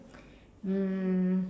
um